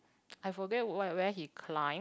I forget where where he climb